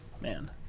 man